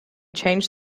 changed